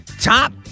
top